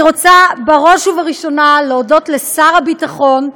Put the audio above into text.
אני רוצה בראש ובראשונה להודות לשר הביטחון,